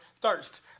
thirst